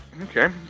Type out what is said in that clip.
Okay